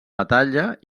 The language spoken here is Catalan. batalla